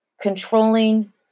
controlling